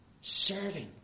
Serving